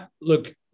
look